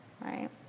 right